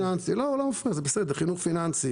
לגבי חינוך פיננסי